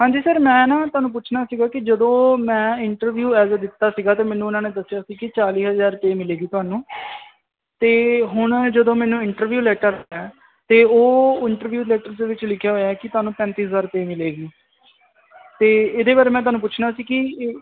ਹਾਂਜੀ ਸਰ ਮੈਂ ਨਾ ਤੁਹਾਨੂੰ ਪੁੱਛਣਾ ਸੀਗਾ ਕਿ ਜਦੋਂ ਮੈਂ ਇੰਟਰਵਿਊ ਦਿੱਤਾ ਸੀਗਾ ਤੇ ਮੈਨੂੰ ਉਹਨਾਂ ਨੇ ਦੱਸਿਆ ਸੀ ਕਿ ਚਾਲੀ ਹਜਾਰ ਰੁਪਏ ਪੇ ਮਿਲੇਗੀ ਤੁਹਾਨੂੰ ਤੇ ਹੁਣ ਜਦੋਂ ਮੈਨੂੰ ਇੰਟਰਵਿਊ ਲੈਟਰ ਆਇਆ ਤੇ ਉਹ ਇੰਟਰਵਿਊ ਲੈਟਰ ਦੇ ਵਿੱਚ ਲਿਖਿਆ ਹੋਇਆ ਕਿ ਤੁਹਾਨੂੰ ਪੈਂਤੀ ਹਜਾਰ ਰੁਪਏ ਮਿਲੇਗੀ ਤੇ ਇਹਦੇ ਬਾਰੇ ਮੈਂ ਤੁਹਾਨੂੰ ਪੁੱਛਣਾ ਸੀ ਕਿ